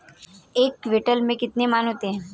एक क्विंटल में कितने मन होते हैं?